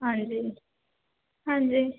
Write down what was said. ਹਾਂਜੀ ਹਾਂਜੀ